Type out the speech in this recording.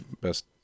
Best